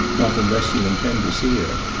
not unless you intend to see her.